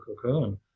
cocoon